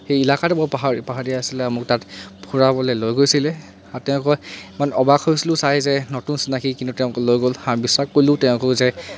সেই ইলাকাটো বহুত পাহা পাহাৰীয়া আছিলে আৰু মোক তাত ফুৰাবলৈ লৈ গৈছিলে আৰু তেওঁলোকৰ ইমান অবাক হৈছিলোঁ চাই যে নতুন চিনাকী কিন্তু তেওঁক লৈ গ'ল বিশ্বাস কৰিলোঁ তেওঁকো যে